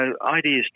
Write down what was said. ideas